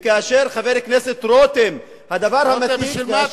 וכאשר, חבר הכנסת רותם, הדבר המרכזי, בשביל מה?